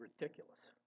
ridiculous